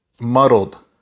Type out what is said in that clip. muddled